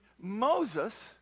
Moses